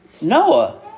Noah